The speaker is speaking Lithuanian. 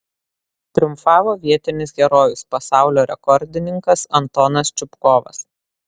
triumfavo vietinis herojus pasaulio rekordininkas antonas čupkovas